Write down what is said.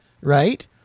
right